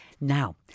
now